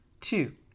Two